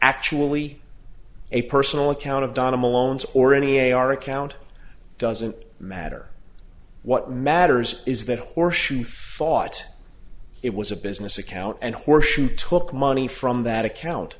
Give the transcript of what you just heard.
actually a personal account of donna malone's or any our account doesn't matter what matters is that horse thought it was a business account and horseshoe took money from that account